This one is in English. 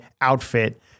outfit